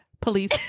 Police